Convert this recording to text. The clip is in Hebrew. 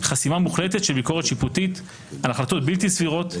חסימה מוחלטת של ביקורת שיפוטית על החלטות בלתי סבירות,